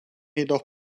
jedoch